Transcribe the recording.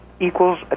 equals